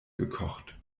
gekocht